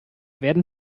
werden